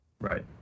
Right